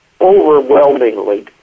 overwhelmingly